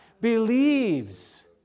believes